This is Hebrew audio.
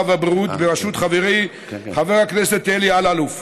והבריאות בראשות חברי חבר הכנסת אלי אלאלוף,